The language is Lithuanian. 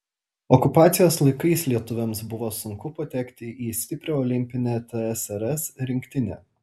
okupacijos laikais lietuviams buvo sunku patekti į stiprią olimpinę tsrs rinktinę